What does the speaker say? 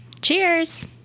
Cheers